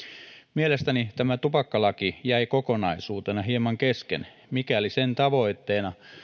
mielestäni tämä tupakkalaki jäi kokonaisuutena hieman kesken mikäli sen tavoitteena